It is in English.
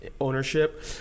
ownership